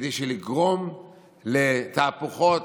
כדי לגרום לתהפוכות,